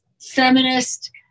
feminist